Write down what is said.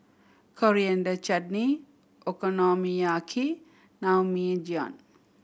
Coriander Chutney Okonomiyaki Naengmyeon